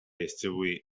distribuir